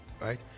right